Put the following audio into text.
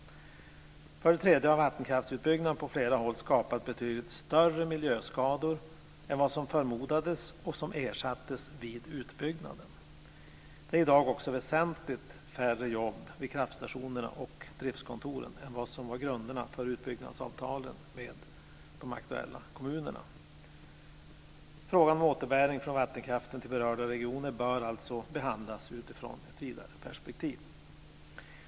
För det tredje har vattenkraftsutbyggnaden på flera håll skapat betydligt större miljöskador än vad som förmodades och vad som ersattes vid utbyggnaden. Det är i dag också väsentligt färre jobb vid kraftstationerna och driftkontoren än vad som var grunderna för utbyggnadsavtalen med de aktuella kommunerna. Frågan om återbäring från vattenkraften till berörda regioner bör alltså behandlas utifrån ett vidare perspektiv.